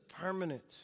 permanent